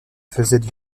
faisaient